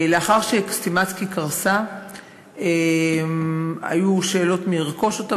לאחר ש"סטימצקי" קרסה היו שאלות מי ירכוש אותה.